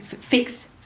fix